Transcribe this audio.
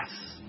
Yes